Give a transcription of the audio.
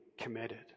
committed